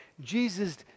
Jesus